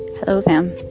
hello, sam.